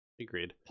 Agreed